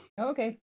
Okay